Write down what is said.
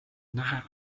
näha